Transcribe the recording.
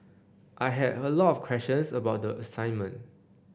I had a lot of questions about the assignment